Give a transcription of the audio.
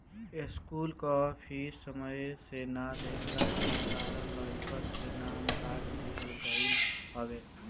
school कअ fees समय से ना देहला के कारण लइकन के नाम काट दिहल गईल हवे